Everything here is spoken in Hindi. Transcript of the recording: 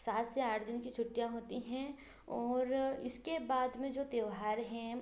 सात से आठ दिन कि छुट्टियाँ होती हैं और इसके बाद में जो त्योहार हैं